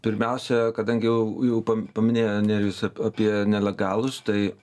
pirmiausia kadangi jau jau pa paminėjo nerijus ap apie nelegalus tai